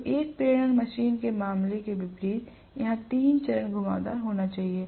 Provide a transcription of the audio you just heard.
तो एक प्रेरण मशीन के मामले के विपरीत यहां तीन चरण घुमावदार होना चाहिए